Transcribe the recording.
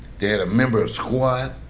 they had a member of swat